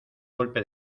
golpe